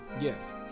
Yes